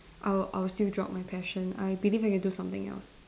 I'll I'll still drop my passion I believe I can do something else